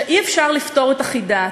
שאי-אפשר לפתור את החידה.